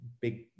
big